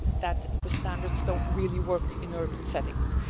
that the standards don't really work in urban settings.